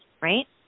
right